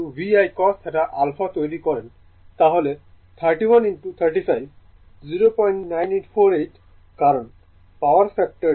একইভাবে যদি P PVI cos alpha তৈরি করেন তাহলে 31 35 09848 কারণ পাওয়ার ফ্যাক্টর 09